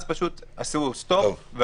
אז עשו סטופ.